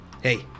Hey